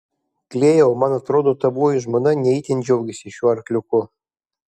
klėjau man atrodo tavoji žmona ne itin džiaugiasi šiuo arkliuku